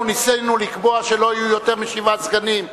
אנחנו ניסינו לקבוע שלא יהיו יותר משבעה סגנים,